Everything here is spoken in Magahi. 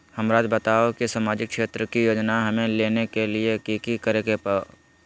हमराज़ बताओ कि सामाजिक क्षेत्र की योजनाएं हमें लेने के लिए कि कि करे के बा?